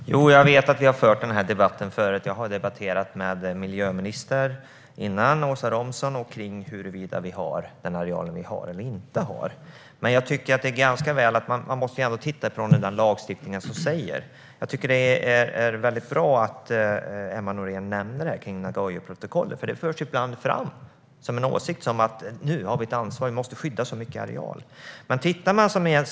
Fru talman! Jag vet att vi har fört den här debatten förut. Jag har debatterat med den tidigare miljöministern, Åsa Romson, om huruvida vi har den areal vi har eller inte har. Man måste ändå titta på vad lagstiftningen säger. Det är väldigt bra att Emma Nohrén nämner Nagoyaprotokollet. Det förs ibland fram som en åsikt att vi nu har ett ansvar och måste skydda så mycket areal.